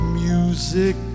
music